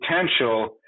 potential